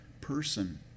person